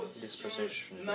disposition